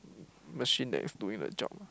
machine that is doing the job